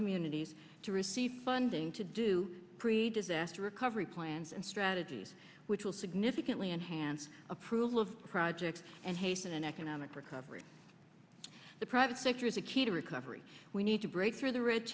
communities to receive funding to do pre disaster recovery plans and strategies which will significantly enhance approval of the project and hasten an economic recovery the private sector is a key to recovery we need to break through the red